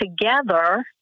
together